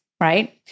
right